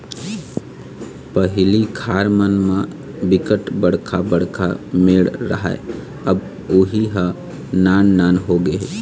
पहिली खार मन म बिकट बड़का बड़का मेड़ राहय अब उहीं ह नान नान होगे हे